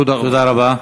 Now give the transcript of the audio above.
תודה רבה.